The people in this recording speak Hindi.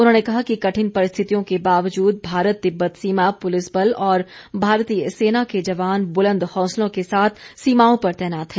उन्होंने कहा कि कठिन परिस्थितियों के वाबजूद भारत तिब्बत सीमा पुलिस बल और भारतीय सेना के जवान बुलंद हौसलों के साथ सीमाओं पर तैनात है